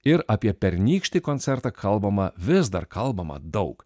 ir apie pernykštį koncertą kalbama vis dar kalbama daug